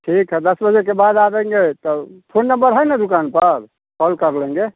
ठीक है दस बजे के बाद आएंगे तो फोन नंबर है न दुकान पर कॉल कर लेंगे